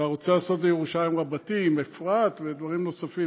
אתה רוצה לעשות את זה ירושלים רבתי עם אפרת ודברים נוספים,